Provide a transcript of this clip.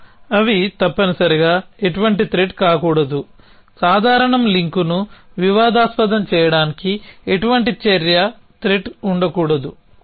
మరియు అవి తప్పనిసరిగా ఎటువంటి త్రెట్ కాకూడదు సాధారణం లింక్ను వివాదాస్పదం చేయడానికి ఎటువంటి చర్య త్రెట్గా ఉండకూడదు